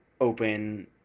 Open